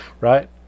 Right